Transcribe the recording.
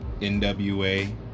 NWA